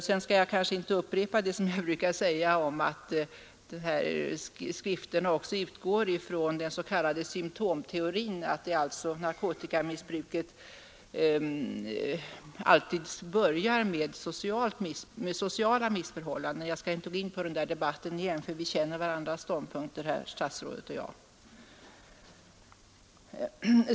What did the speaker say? Jag skall kanske inte upprepa det som jag brukar säga om att skrifterna också utgår från den s.k. symtomteorin — dvs. att narkotikamissbruket alltid börjar med sociala missförhållanden — för vi känner varandras ståndpunkter här, statsrådet och jag.